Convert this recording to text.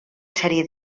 sèrie